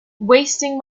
wasting